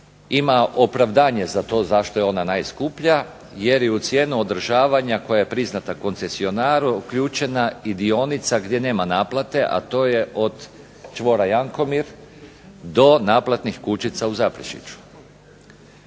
Ima opravdanje za to zašto je ona najskuplja, jer je u cijenu održavanja koja je priznata koncesionaru uključena i dionica gdje nema naplate, a to je od čvora Jankomir do naplatnih kućica u Zaprešiću.